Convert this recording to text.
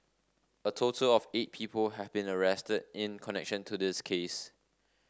a total of eight people have been arrested in connection to this case